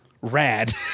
rad